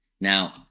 Now